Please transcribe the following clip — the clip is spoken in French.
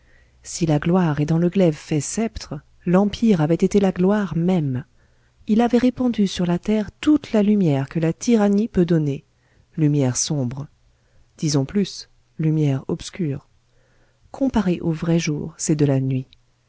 si la gloire est dans le glaive fait sceptre l'empire avait été la gloire même il avait répandu sur la terre toute la lumière que la tyrannie peut donner lumière sombre disons plus lumière obscure comparée au vrai jour c'est de la nuit